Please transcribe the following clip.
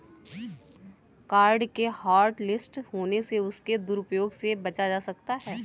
card के hotlist होने से उसके दुरूप्रयोग से बचा जा सकता है